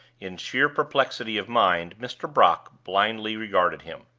in sheer perplexity of mind, mr. brock blindly regarded him.